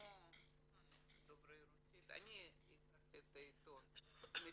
כמו כולנו דוברי הרוסית, הכרתי את העיתון מבפנים,